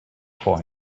for